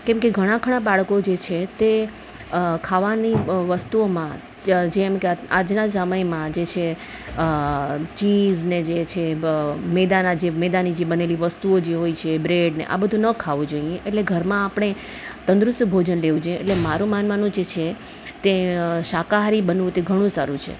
કેમકે ઘણા ખરાં બાળકો જે છે તે ખાવાની વસ્તુઓમાં જેમકે આજના સમયમાં જે છે ચીઝ ને જે છે મેંદાના જે છે મેંદાની જે બનેલી વસ્તુઓ જે હોય છે બ્રેડને આ બધુ ન ખાવું જોઈએ એટલે ઘરમાં આપણે તંદુરસ્ત ભોજન લેવું જોઈએ એટલે મારું માનવાનું જે છે તે શાકાહારી બનવું તે ઘણું સારું છે